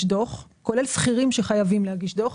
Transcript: דוח כולל שכירים שחייבים להגיש דוח.